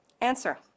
answer